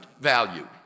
value